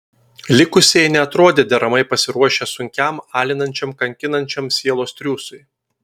likusieji neatrodė deramai pasiruošę sunkiam alinančiam kankinančiam sielos triūsui